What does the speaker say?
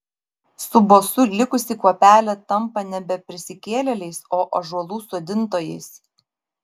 su bosu likusi kuopelė tampa nebe prisikėlėliais o ąžuolų sodintojais